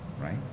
Right